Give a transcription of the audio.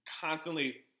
constantly